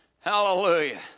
Hallelujah